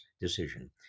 decision